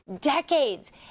decades